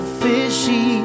fishy